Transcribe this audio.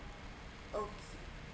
okay